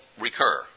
recur